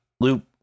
Loop